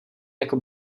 jako